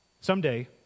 Someday